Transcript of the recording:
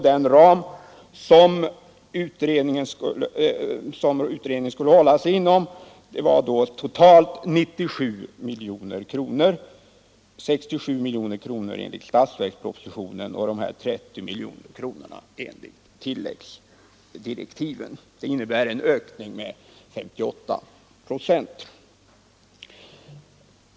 Den ram som utredningen skulle hålla sig inom var 97 miljoner kronor — 67 miljoner kronor enligt statsverkspropositionen och ytterligare 30 miljoner kronor enligt tilläggsdirektiven. Det innebär en ökning med 58 procent.